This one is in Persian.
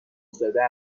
افتاده